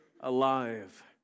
alive